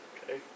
Okay